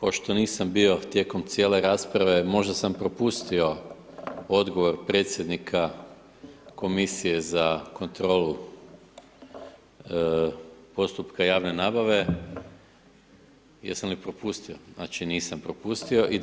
Pošto nisam bio tijekom cijele rasprave, možda sam propustio odgovor predsjednika Komisije za kontrolu postupka javne nabave, jesam li propustio, znači nisam propustio, i